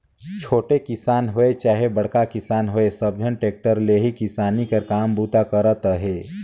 छोटे किसान होए चहे बड़खा किसान होए सब झन टेक्टर ले ही किसानी कर काम बूता करत अहे